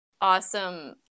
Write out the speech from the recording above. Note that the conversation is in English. awesome